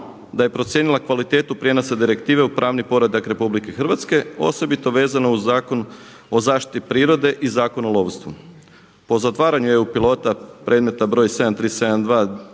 da je procijenila kvalitetu prijenosa direktive u pravni poredak RH osobito vezano uz Zakon o zaštiti prirode i Zakon o lovstvu. Po zatvaranju EU pilota predmeta br.